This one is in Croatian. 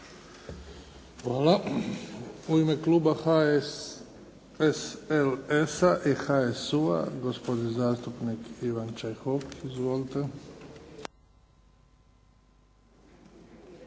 Hvala. U ime kluba HSLS-a i HSU-a, gospodin zastupnik Ivan Čehok. Izvolite.